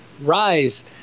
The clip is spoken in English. rise